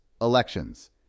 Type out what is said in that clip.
elections